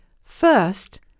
First